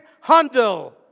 handle